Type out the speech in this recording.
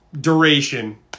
duration